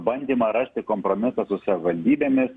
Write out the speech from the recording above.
bandymą rasti kompromisą su savivaldybėmis